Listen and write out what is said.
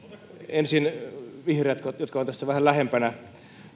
ensin vihreät jotka ovat tässä lähempänä